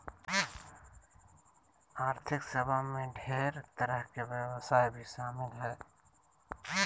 आर्थिक सेवा मे ढेर तरह के व्यवसाय भी शामिल हय